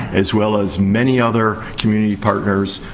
as well as many other community partners,